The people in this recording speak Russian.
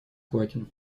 квакин